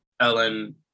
Ellen